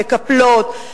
מקפלות,